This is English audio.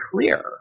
clear